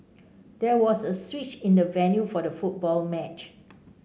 there was a switch in the venue for the football match